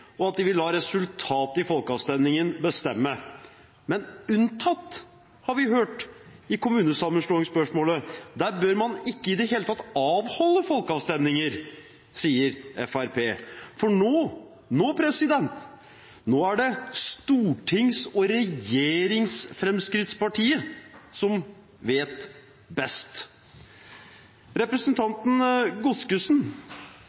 og at de vil la resultatet av folkeavstemningen bestemme. Men unntatt, har vi hørt, i kommunesammenslåingsspørsmålet – der bør man ikke i det hele tatt avholde folkeavstemninger, sier Fremskrittspartiet. For nå er det Stortings- og Regjerings-Fremskrittspartiet som vet best.